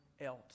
else